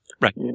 Right